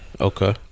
Okay